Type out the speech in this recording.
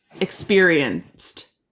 experienced